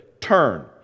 Turn